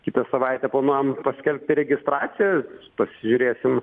kitą savaitę planuojam paskelbti registraciją pasižiūrėsim